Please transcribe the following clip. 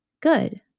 good